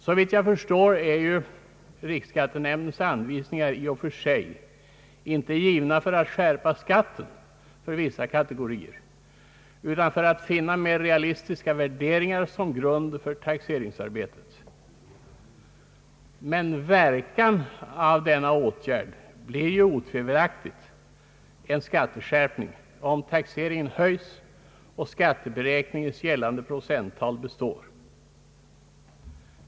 Såvitt jag förstår är riksskattenämndens anvisningar i och för sig inte avgivna för att skärpa skatten för vissa kategorier utan för att åstadkomma mer realistiska värderingar som grund för taxeringsarbetet. Men verkan av denna åtgärd blir otvivelaktigt en skatteskärpning om taxeringen höjs och skatteberäkningens gällande procenttal består.